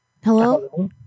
hello